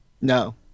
No